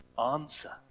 Answer